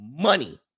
money